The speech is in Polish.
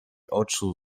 oczu